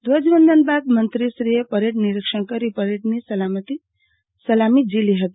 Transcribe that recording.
ધ્વજવંદન બાદ મંત્રીશ્રીએ પરેડ નિરીક્ષણ કરી પરેડને સલામી ઝીલી હતી